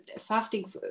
fasting